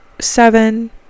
seven